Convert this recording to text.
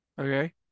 Okay